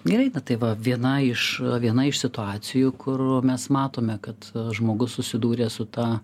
gerai tai va viena iš viena iš situacijų kur mes matome kad žmogus susidūrė su ta